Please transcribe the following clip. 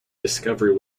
discovery